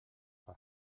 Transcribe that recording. per